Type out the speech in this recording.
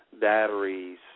Batteries